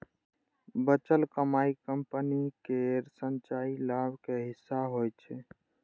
बचल कमाइ कंपनी केर संचयी लाभक हिस्सा होइ छै